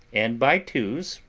and by twos,